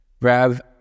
Rav